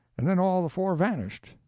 and then all the four vanished,